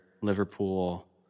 Liverpool